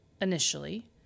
initially